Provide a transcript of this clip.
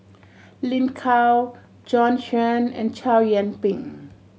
Lin Gao Bjorn Shen and Chow Yian Ping